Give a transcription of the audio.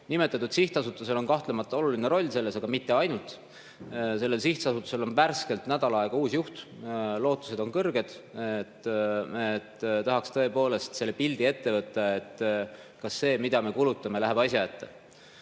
Nimetatud sihtasutusel on kahtlemata oluline roll selles, aga mitte ainult. Sellel sihtasutusel on värskelt, nädal aega uus juht. Lootused on kõrged. Tahaksin tõepoolest selle pildi ette võtta, et kas see, mida me kulutame, läheb asja ette.